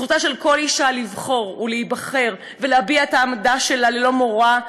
זכותה של כל אישה לבחור ולהיבחר ולהביע את העמדה שלה ללא מורא,